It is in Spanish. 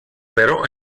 pero